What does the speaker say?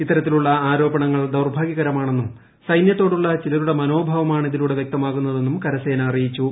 ഇത്തരത്തിലുള്ള ആരോപണങ്ങൾ ദൌർഭാഗൃകരമാ ണെന്നും സൈന്യത്തോടുള്ള ചിലരുടെ മനോഭാവമാണ് ഇതി ലൂടെ വൃക്തമാകുന്നതെന്നും കരസേന അറിയിച്ചു